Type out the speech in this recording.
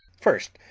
first,